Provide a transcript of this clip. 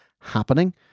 happening